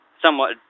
Somewhat